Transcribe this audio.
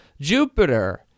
Jupiter